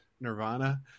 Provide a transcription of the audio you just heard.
nirvana